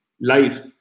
life